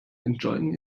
enjoying